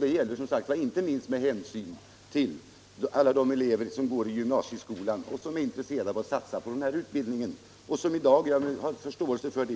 Det gäller som sagt inte minst med hänsyn till alla de elever som går i gymnasieskolan och som är intresserade av att satsa på den här utbildningen och som i dag